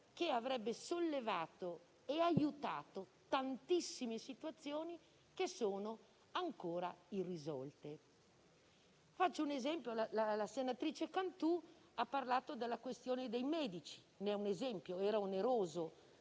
avrebbero sollevato e aiutato tantissime situazioni ancora irrisolte. Faccio un esempio: la senatrice Cantù ha parlato della questione dei medici, ma il suo era